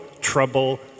trouble